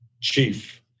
Chief